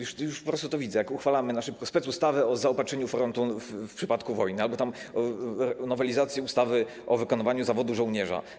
Już po prostu to widzę, jak uchwalamy na szybko specustawę o zaopatrzeniu frontu w przypadku wojny albo nowelizację ustawy o wykonywaniu zawodu żołnierza.